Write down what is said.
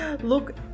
look